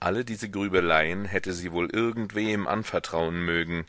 alle diese grübeleien hätte sie wohl irgendwem anvertrauen mögen